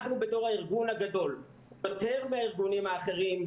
אנחנו בתור הארגון הגדול יותר מהארגונים האחרים,